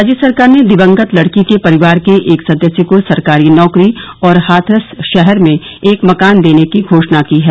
राज्य सरकार ने दिवंगत लडकी के परिवार के एक सदस्य को सरकारी नौकरी और हाथरस शहर में एक मकान देने की घोषणा की है